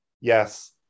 yes